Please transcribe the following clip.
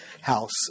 house